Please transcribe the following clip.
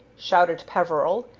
shouted peveril,